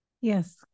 Yes